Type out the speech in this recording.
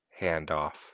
handoff